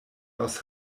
aus